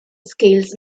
scales